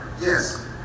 Yes